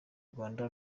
rwanda